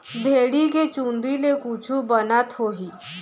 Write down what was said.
भेड़ी के चूंदी ले कुछु बनत होही?